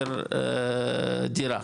פר דירה,